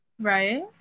Right